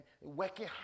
working